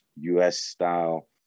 US-style